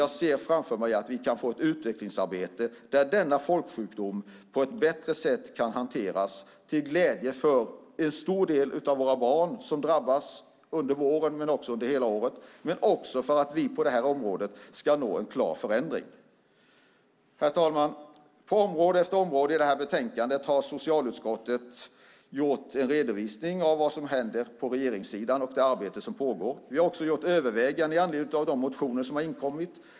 Jag ser framför mig att vi kan få ett utvecklingsarbete där denna folksjukdom på ett bättre sätt kan hanteras till glädje för en stor del av våra barn som drabbas under våren men också under hela året. Det handlar också om att vi på detta område ska nå en klar förändring. Herr talman! På område efter område i betänkandet har socialutskottet gjort en redovisning av vad som händer på regeringssidan och i det arbete som pågår. Vi har också gjort överväganden i anledning av de motioner som har inkommit.